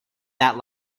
that